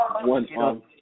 one